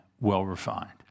well-refined